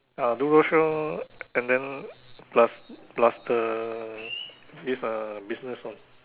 ah do roadshow and then plus plus the this uh business one